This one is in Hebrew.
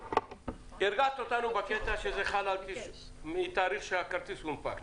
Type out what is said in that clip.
הרגעת אותנו בקטע שזה חל מהתאריך שהכרטיס נופק.